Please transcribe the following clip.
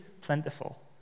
plentiful